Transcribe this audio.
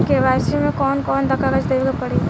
KYC मे कौन कौन कागज देवे के पड़ी?